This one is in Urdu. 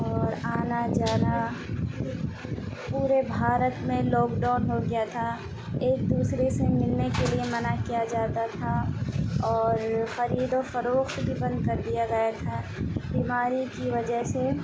اور آنا جانا پورے بھارت میں لاک ڈاؤن ہو گیا تھا ایک دوسرے سے ملنے کے لیے منع کیا جاتا تھا اور خرید و فروخت بھی بند کر دیا گیا تھا بیماری کی وجہ سے